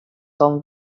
home